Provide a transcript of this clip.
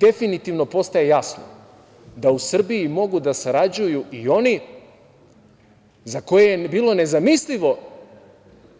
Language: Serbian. Definitivno postaje jasno da u Srbiji mogu da sarađuju i oni za koje je bilo nezamislivo